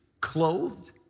clothed